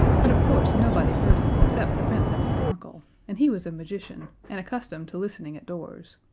but of course nobody heard him except the princess's uncle, and he was a magician, and accustomed to listening at doors.